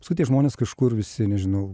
visi tie žmonės kažkur visi nežinau